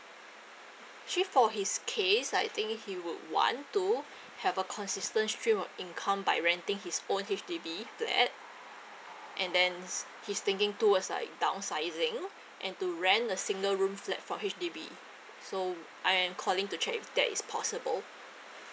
she for his case I think he would want to have a consistent stream of income by renting his own H_D_B flat and then s~ he' thinking towards like downsizing and to rent a single room flat from H_D_B so I am calling to check if that is possible